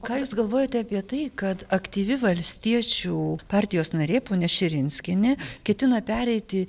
ką jūs galvojate apie tai kad aktyvi valstiečių partijos narė ponia širinskienė ketina pereiti